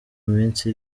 minsi